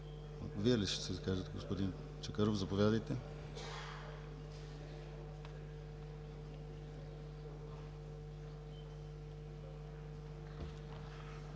Вие ли ще се изкажете господин Чакъров? Заповядайте.